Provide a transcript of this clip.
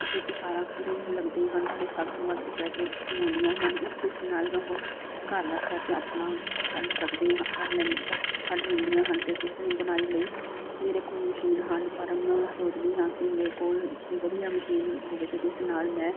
ਇਸ ਵਿੱਚ ਸਾਰਾ ਦਿਨ ਲੱਗਦੇ ਹਨ ਅਤੇ ਸਭ ਤੋਂ ਵੱਧ ਪੈਸੇ ਕਮਾਉਂਦੀਆਂ ਹਨ ਇਸ ਚੀਜ਼ ਨਾਲ ਉਹ ਘਰ ਦਾ ਖਰਚਾ ਆਪਣਾ ਕੱਢ ਸਕਦੀਆਂ ਕਰ ਲੈਂਦੇ ਕੱਢ ਲੈਂਦੀਆਂ ਹਨ ਅਤੇ ਅਤੇ ਸਹੀ ਬੁਣਾਈ ਲਈ ਮੇਰੇ ਕੋਲ ਮਸ਼ੀਨ ਹਨ ਪਰ ਮੈਂ ਸੋਚਦੀ ਹਾਂ ਕਿ ਮੇਰੇ ਕੋਲ ਉਸਦੇ ਵਧੀਆ ਮਸ਼ੀਨ ਹੋਵੇ ਅਤੇ ਜਿਸ ਨਾਲ ਮੈਂ